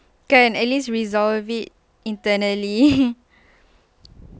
go and at least resolve it internally